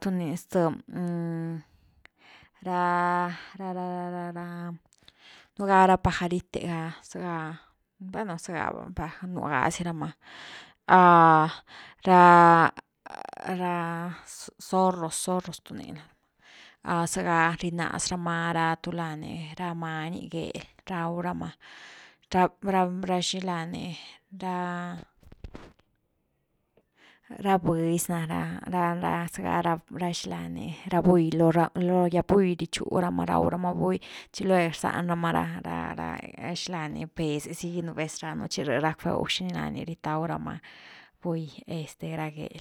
tunii zthe ra-ra-ra-ra nú ga ra pajarite ra zega bueno zega va nú gá zi rama ra raa zorros-zorros tuni la’ra ma zega rinaz rama rha tu lá ni ra many gel raw rama, ra raxila ni, ra bëzy na ra zega ra xilani ra buy, lo ra gyag buy riechú rama raw rama buy chi lueg rzan rama ra-ra raxilani béz’e zy gynú vez rannu chi rhë rackbewxini lani rietaw rama buy este ra gel.